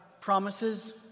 promises